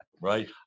Right